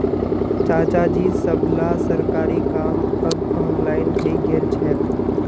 चाचाजी सबला सरकारी काम अब ऑनलाइन हइ गेल छेक